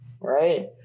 right